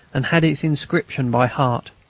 and had its inscription by heart